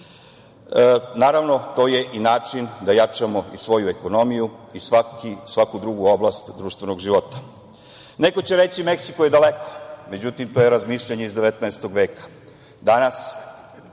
države. Naravno, to je i način da jačamo i svoju ekonomiju i svaku drugu oblast društvenog života. Neko će reći Meksiko je daleko. Međutim, to je razmišljanje iz 19. veka. Danas,